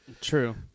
True